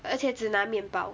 而且只拿面包